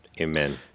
Amen